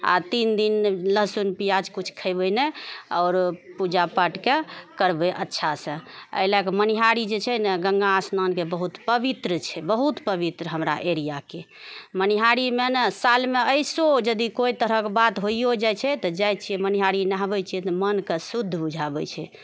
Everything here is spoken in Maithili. आ तीन दिन लहसुन प्याज कुछ खेबै नहि आओर पूजा पाठके करबै अच्छासँ एहि लए कऽ मनिहारी जेछै नहि गङ्गा स्नानके बहुत पवित्र छै बहुत पवित्र हमरा एरियाके मनिहारीमे ने सालमे अइसो यदि कोइ तरहके बात होइओ जाइछै तऽ जाइ छिऐ मनिहारी नहबै छिऐ तऽ मनके शुद्ध बुझाबए छै